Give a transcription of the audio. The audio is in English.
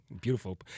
Beautiful